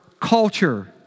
culture